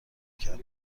کرد